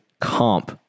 comp